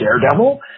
Daredevil